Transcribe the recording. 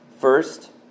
First